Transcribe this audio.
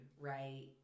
right